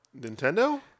Nintendo